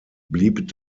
blieb